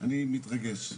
אני מתרגש,